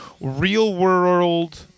real-world